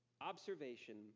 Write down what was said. observation